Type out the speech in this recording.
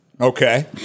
Okay